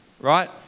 Right